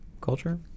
culture